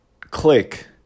click